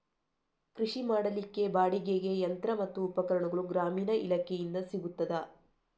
ಕೃಷಿ ಮಾಡಲಿಕ್ಕೆ ಬಾಡಿಗೆಗೆ ಯಂತ್ರ ಮತ್ತು ಉಪಕರಣಗಳು ಗ್ರಾಮೀಣ ಇಲಾಖೆಯಿಂದ ಸಿಗುತ್ತದಾ?